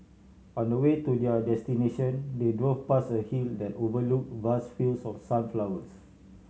on the way to their destination they drove past a hill that overlook vast fields of sunflowers